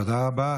תודה רבה.